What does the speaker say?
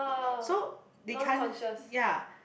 so they can't ya